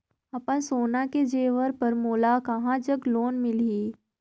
अपन सोना के जेवर पर मोला कहां जग लोन मिलही?